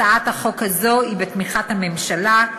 הצעת החוק הזו היא בתמיכת הממשלה,